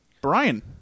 Brian